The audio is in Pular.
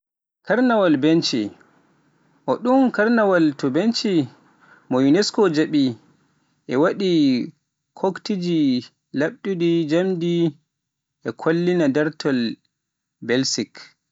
karnawal Binche. Ooɗoo karnawal to Binche, mo UNESCO jaɓi, ina waɗi koɗkiiji laaɓtuɗi, jimɗi, e kollita daartol Belsik.